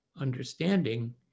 understanding